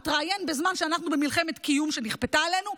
מתראיין בזמן שאנחנו במלחמת קיום שנכפתה עלינו,